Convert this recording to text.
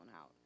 out